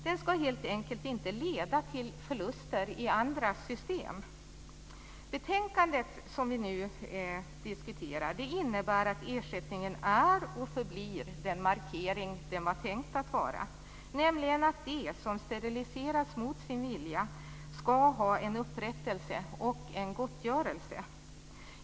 Den ska helt enkelt inte leda till förluster i andra system. Det betänkande som vi nu diskuterar innebär att ersättningen är och förblir den markering den var tänkt att vara, nämligen att de som steriliserats mot sin vilja ska ha en upprättelse och en gottgörelse.